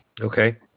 okay